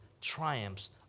triumphs